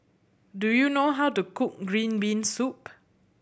do you know how to cook green bean soup